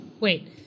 wait